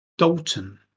Dalton